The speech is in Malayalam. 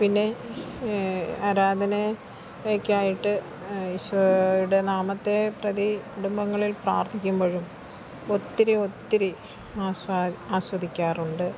പിന്നെ ആരാധന ഒക്കെ ആയിട്ട് ഈശോയുടെ നാമത്തെ പ്രതി കുടുംബങ്ങളിൽ പ്രാർത്ഥിക്കുമ്പഴും ഒത്തിരി ഒത്തിരി ആസ്വദിക്കാറുണ്ട്